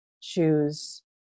choose